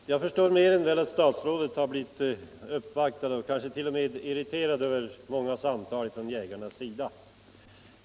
Herr talman! Jag förstår mer än väl att statsrådet blivit uppvaktad och kanske t.o.m. irriterad över många samtal från jägarnas sida.